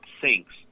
sinks